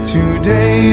Today